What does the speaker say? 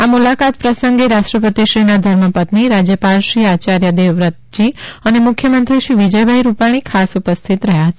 આ મુલાકાત પ્રસંગે રાષ્ટ્રપતિ શ્રીના ધર્મપત્ની રાજ્યપાલ શ્રી આચાર્ય દેવવ્રતજી અને મુખ્યમંત્રી શ્રી વિજયભાઈ રૂપાણી ખાસ ઉપસ્થિત રહ્યા હતા